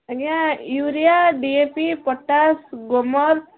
ଆଜ୍ଞା urea D A P potash Gromor